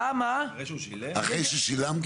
אחרי ששילמת?